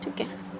ठीक आहे